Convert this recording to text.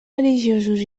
religiosos